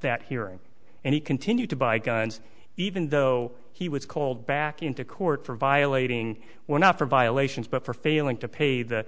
that hearing and he continued to buy guns even though he was called back into court for violating well not for violations but for failing to pay the